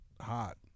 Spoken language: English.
hot